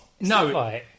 no